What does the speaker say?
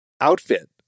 outfit